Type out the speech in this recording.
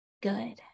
good